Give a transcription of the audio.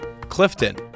Clifton